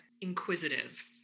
inquisitive